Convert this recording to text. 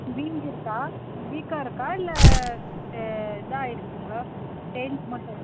வீங்கியிருக்கா வீக்கம் இருக்கா இல்லை இதாகியிருக்குங்களா பெயின்ஸ் மட்டும் இருக்